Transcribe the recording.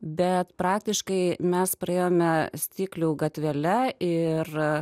bet praktiškai mes praėjome stiklių gatvele ir